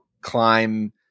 climb